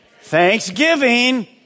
Thanksgiving